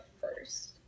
first